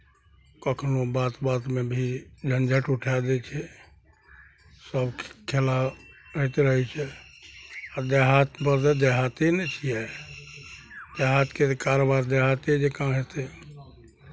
कखनहु बात बातमे भी झञ्झट उठाए दै छै सभ ख् खेला होइत रहै छै आब देहातमे देहाते ने छियै देहातके कारोबार देहाते जकाँ हेतै